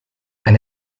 and